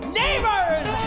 neighbors